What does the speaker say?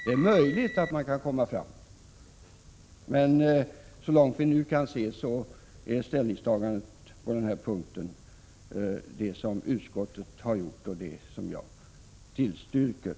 Det är möjligt att man kan komma fram den vägen, men så långt vi nu kan se är ställningstagandet på den här punkten det som utskottet har gjort och det som jag tillstyrker.